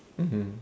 mmhmm